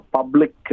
Public